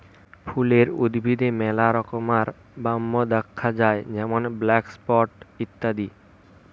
ফুলের উদ্ভিদে মেলা রমকার ব্যামো দ্যাখা যায় যেমন ব্ল্যাক স্পট ইত্যাদি